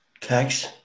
Thanks